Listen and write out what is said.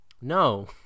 no